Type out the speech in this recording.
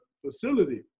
facility